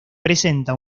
presenta